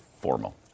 Formal